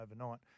overnight